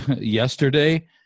yesterday